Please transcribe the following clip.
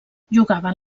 jugaven